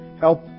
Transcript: help